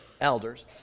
elders